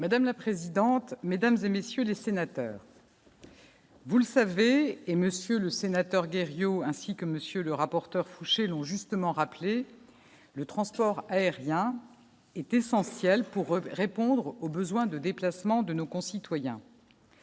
Madame la présidente, mesdames et messieurs les sénateurs. Vous le savez et Monsieur le Sénateur, Rio, ainsi que monsieur le rapporteur Foucher long justement rappelé le transport aérien est essentielle pour répondre aux besoins de déplacement de nos concitoyens.